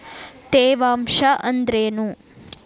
ತೇವಾಂಶ ಅಂದ್ರೇನು?